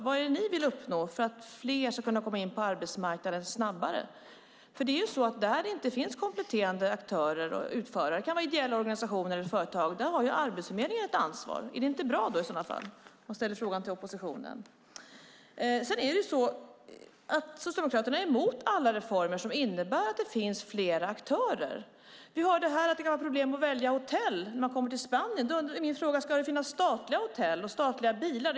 Vad är det ni vill uppnå för att fler ska kunna komma in på arbetsmarknaden snabbare? Där det inte finns kompletterande aktörer och utförare - det kan vara ideella organisationer eller företag - har Arbetsförmedlingen ett ansvar. Är inte det bra i så fall? Jag ställer frågan till oppositionen. Socialdemokraterna är mot alla reformer som innebär att det finns fler aktörer. Vi hörde här att det kan vara problem att välja hotell när man kommer till Spanien. Då är min fråga: Ska det finnas statliga hotell och statliga bilar?